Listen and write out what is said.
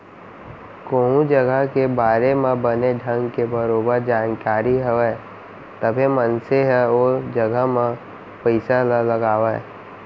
कोहूँ जघा के बारे म बने ढंग के बरोबर जानकारी हवय तभे मनसे ह ओ जघा म पइसा ल लगावय